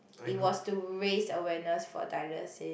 it was to raise awareness for dialysis